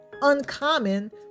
uncommon